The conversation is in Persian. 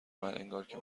من، انگارکه